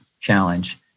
challenge